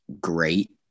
great